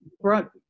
brought